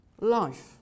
life